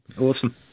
Awesome